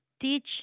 teach